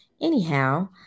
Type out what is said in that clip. Anyhow